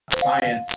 science